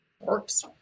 works